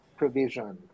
provision